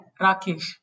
Rakesh